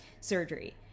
surgery